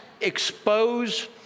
expose